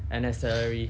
N_S salary